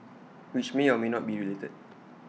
which may or may not be related